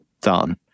done